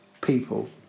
people